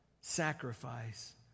sacrifice